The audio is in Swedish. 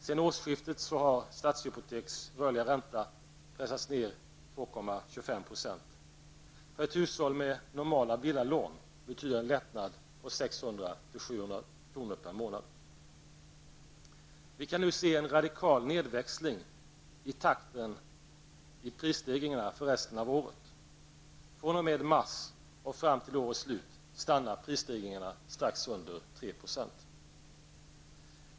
Sedan årsskiftet har För ett hushåll med normala villalån betyder det en lättnad på 600--700 kronor per månad. Vi kan nu se en radikal nedväxling av takten i prisstegringarna för resten av året. fr.o.m. mars och fram till årets slut stannar prisstegringarna på strax under 3 %.